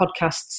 podcasts